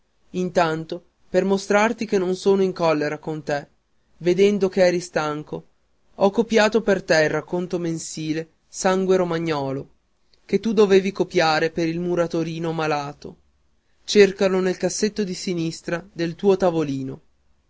intanto per mostrarti che non sono in collera con te vedendo che eri stanco ho copiato per te il racconto mensile sangue romagnolo che tu dovevi copiare per il muratorino malato cercalo nel cassetto di sinistra del tuo tavolino